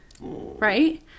Right